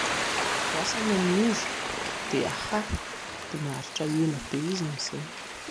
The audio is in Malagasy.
Voasana ny ovy dia hahaha dia maharitra ela be izy amin'izay